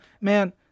man